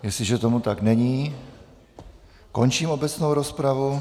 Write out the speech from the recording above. Jestliže tomu tak není, končím obecnou rozpravu.